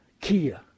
Kia